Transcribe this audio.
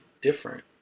different